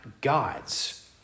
gods